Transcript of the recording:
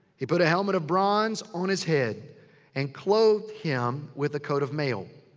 he put a helmet of bronze on his head and clothed him with a coat of mail.